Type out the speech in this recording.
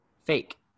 fake